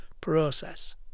process